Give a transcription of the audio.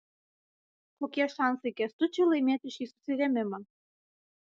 kokie šansai kęstučiui laimėti šį susirėmimą